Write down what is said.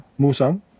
Musang